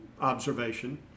observation